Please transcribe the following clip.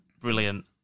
brilliant